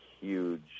huge